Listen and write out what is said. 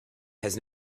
has